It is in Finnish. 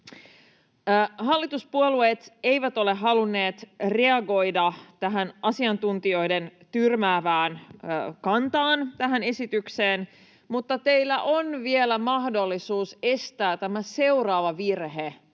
Hallituspuolueet eivät ole halunneet reagoida tähän asiantuntijoiden tyrmäävään kantaan tähän esitykseen, mutta teillä on vielä mahdollisuus estää tämä seuraava virhe,